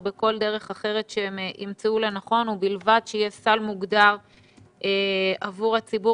בכל דרך אחרת שהיא תמצא לנכון ובלבד שיהיה סל מוגדר עבור הציבור